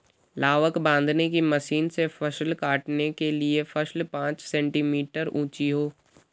लावक बांधने की मशीन से फसल काटने के लिए फसल पांच सेंटीमीटर ऊंची हो